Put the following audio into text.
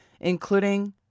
including